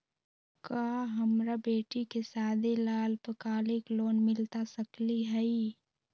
का हमरा बेटी के सादी ला अल्पकालिक लोन मिलता सकली हई?